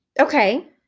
Okay